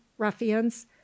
ruffians